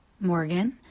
Morgan